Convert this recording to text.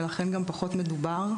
ולכן גם פחות מדובר,